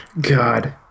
God